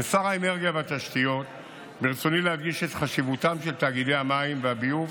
כשר האנרגיה והתשתיות ברצוני להדגיש את חשיבותם של תאגידי המים והביוב